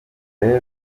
rero